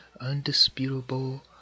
undisputable